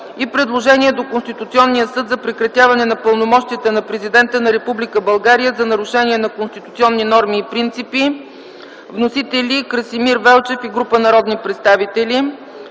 и предложение до Конституционния съд за прекратяване на пълномощията на Президента на Република България за нарушение на конституционни норми и принципи. Вносители са Красимир Велчев и група народни представители.